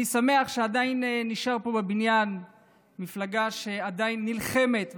אני שמח שעדיין נשארה פה בבניין מפלגה שעדיין נלחמת,